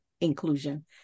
inclusion